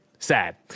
Sad